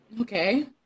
okay